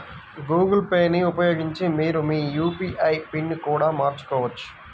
Google Pay ని ఉపయోగించి మీరు మీ యూ.పీ.ఐ పిన్ని కూడా మార్చుకోవచ్చు